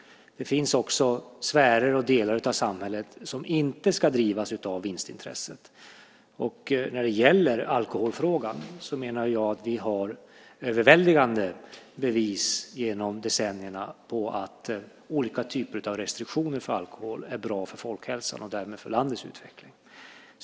Det finns också sfärer och delar av samhället som inte ska drivas av vinstintresse. När det gäller alkoholfrågan menar jag att vi har överväldigande bevis genom decennierna på att olika typer av restriktioner för alkohol är bra för folkhälsan och därmed för landets utveckling.